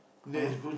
!huh!